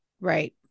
Right